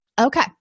Okay